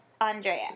Andrea